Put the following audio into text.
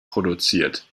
produziert